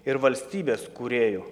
ir valstybės kūrėjų